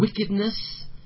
wickedness